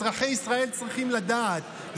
אזרחי ישראל צריכים לדעת,